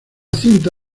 cinta